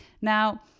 Now